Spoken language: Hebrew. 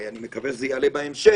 ואני מקווה שזה יעלה בהמשך,